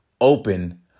open